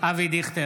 בהצבעה אבי דיכטר,